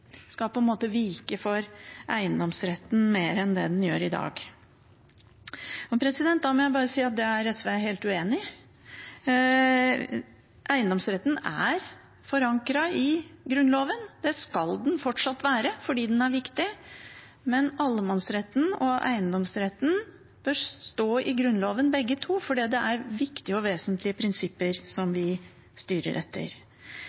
vike for eiendomsretten mer enn den gjør i dag. Da må jeg bare si at det er SV helt uenig i. Eiendomsretten er forankret i Grunnloven, og det skal den fortsatt være, fordi den er viktig, men allemannsretten og eiendomsretten bør stå i Grunnloven, begge to, fordi det er viktige og vesentlige prinsipper de styrer etter.